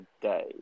today